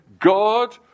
God